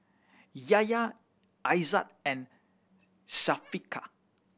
Yahya Aizat and Syafiqah